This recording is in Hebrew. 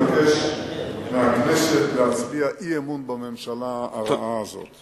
אני מבקש מהכנסת להצביע אי-אמון בממשלה הרעה הזאת.